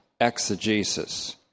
exegesis